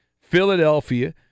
Philadelphia